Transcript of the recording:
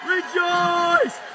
Rejoice